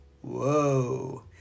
Whoa